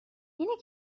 اینه